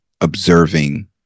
observing